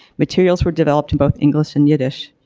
materials were developed in both english and yiddish.